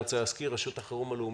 אני רוצה להזכיר רח"ל קמה